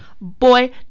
Boy